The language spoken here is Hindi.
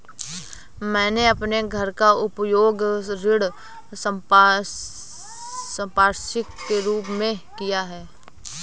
मैंने अपने घर का उपयोग ऋण संपार्श्विक के रूप में किया है